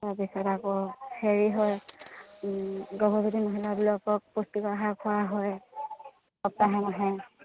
তাৰপিছত আকৌ হেৰি হয় গৰ্ভৱতী মহিলাবিলাকক পুষ্টিিকৰ আহাৰ খোওৱা হয় সপ্তাহে মাহে